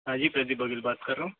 हाँ जी प्रतीक गोविल बात कर रहा हूँ